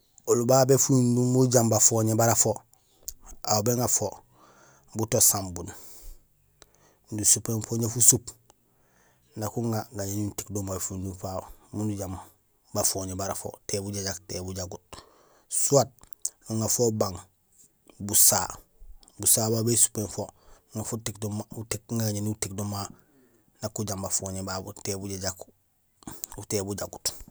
Oli babé fuyundum imbi ujaam bafoñé bara fo, aw béŋa fo buto sambun, nusupéén fo jaraam fusup nak uŋa gañéni nutéék do ma fuyundum fa miin ujaam ba foñé bara fo té bujajak té bujagut. Soit nuŋa fo ubang busaha; busaha babu bé supéén fo, nuŋa fo utéék do ma nuték, uŋa gañéni utéék do ma nak ujaam bafoñé ba té bujajak té bujagut.